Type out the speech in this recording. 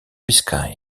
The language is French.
biscaye